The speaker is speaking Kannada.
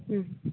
ಹ್ಞೂ